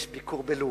יש ביקור בלוב,